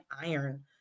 iron